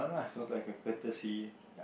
so is like a courtesy